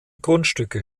grundstücke